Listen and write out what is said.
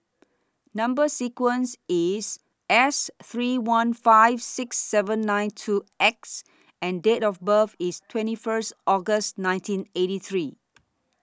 Number sequence IS S three one five six seven nine two X and Date of birth IS twenty First August nineteen eighty three